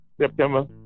September